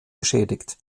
beschädigt